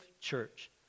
church